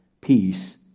peace